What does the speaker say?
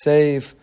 Save